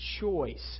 choice